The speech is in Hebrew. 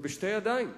בשתי ידיים.